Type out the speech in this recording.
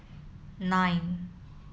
nine